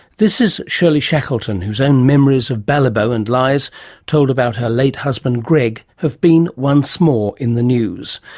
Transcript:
this is shirley shackleton, whose own memories of balibo and lies told about her late husband greg have been, been, once more, in the news,